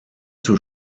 zur